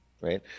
right